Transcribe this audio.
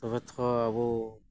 ᱛᱚᱵᱮ ᱛᱷᱚ ᱟᱵᱚ